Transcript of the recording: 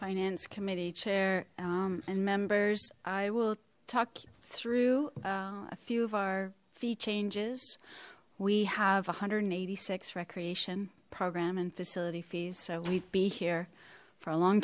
finance committee chair and members i will talk through a few of our fee changes we have a hundred and eighty six recreation program and facility fees so we be here for a long